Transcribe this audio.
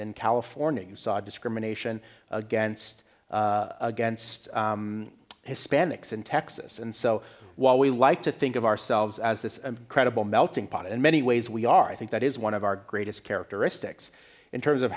in california you saw discrimination against against hispanics in texas and so while we like to think of ourselves as this incredible melting pot in many ways we are i think that is one of our greatest characteristics in terms of